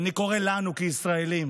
ואני קורא לנו כישראלים